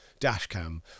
Dashcam